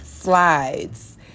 Slides